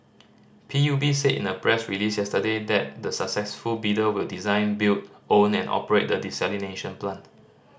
P U B said in a press release yesterday that the successful bidder will design build own and operate the desalination plant